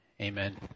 Amen